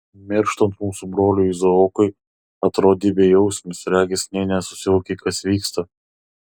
mirštant mūsų broliui izaokui atrodei bejausmis regis nė nesuvokei kas vyksta